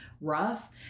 rough